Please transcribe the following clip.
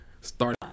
Start